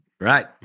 Right